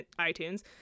itunes